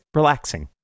relaxing